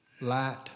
light